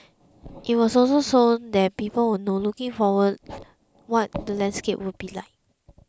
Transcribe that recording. it was also so that people will know looking forward what the landscape will be like